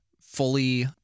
fully